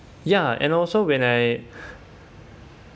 ya and also when I